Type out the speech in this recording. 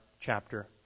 chapter